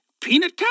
peanut